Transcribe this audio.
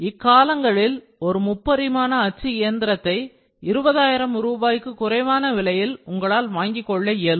இக்காலங்களில் ஒரு முப்பரிமாண அச்சு இயந்திரத்தை 20000 ரூபாய்க்கு குறைவான விலையில் உங்களால் வாங்கிக் கொள்ள இயலும்